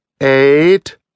eight